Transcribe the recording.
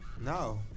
No